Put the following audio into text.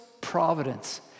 providence